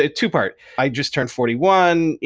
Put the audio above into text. ah two-part, i just turned forty one.